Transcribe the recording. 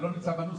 זה לא נמצא בנוסח.